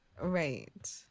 right